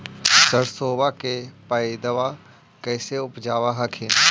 सरसोबा के पायदबा कैसे उपजाब हखिन?